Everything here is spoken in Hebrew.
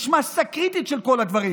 יש מאסה קריטית של כל הדברים.